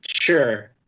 sure